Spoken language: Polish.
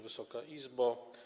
Wysoka Izbo!